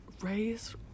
Raise